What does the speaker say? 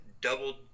double